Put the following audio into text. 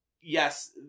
yes